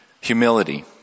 Humility